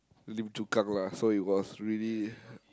Lim-Chu-Kang lah so it was really